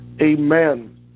Amen